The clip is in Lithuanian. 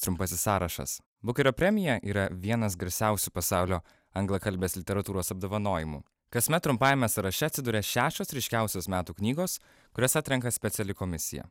trumpasis sąrašas bukerio premija yra vienas garsiausių pasaulio anglakalbės literatūros apdovanojimų kasmet trumpajame sąraše atsiduria šešios ryškiausios metų knygos kurias atrenka speciali komisija